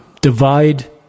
Divide